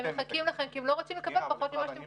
הם מחכים לכם כי הם לא רוצים לקבל פחות ממה שאתם מקבלים.